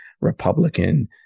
Republican